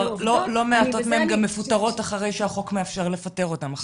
לא מעטות מהן גם מפוטרות אחרי שהחוק מאפשר לפטר אותן.